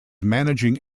managing